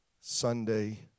Sunday